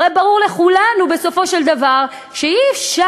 הרי ברור לכולנו, בסופו של דבר, שאי-אפשר,